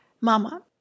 mama